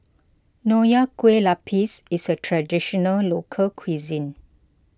Nonya Kueh Lapis is a Traditional Local Cuisine